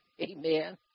amen